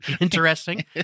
interesting